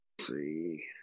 see